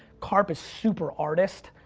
karp is super artist,